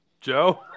Joe